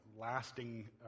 lasting